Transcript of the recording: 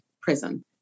prison